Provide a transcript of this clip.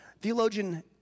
theologian